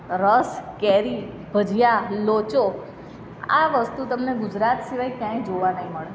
રસ કેરી ભજીયા લોચો આ વસ્તુ તમને ગુજરાત સિવાય ક્યાંય જોવા નહીં મળે